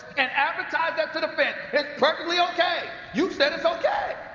and advertise that to the fans. it's perfectly okay. you said it's okay!